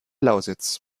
lausitz